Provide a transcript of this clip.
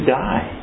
die